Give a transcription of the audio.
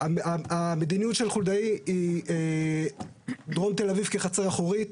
המדיניות של חולדאי: דרום תל אביב כחצר אחורית.